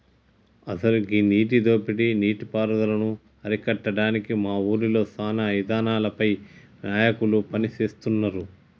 అసలు గీ నీటి దోపిడీ నీటి పారుదలను అరికట్టడానికి మా ఊరిలో సానా ఇదానాలపై నాయకులు పని సేస్తున్నారు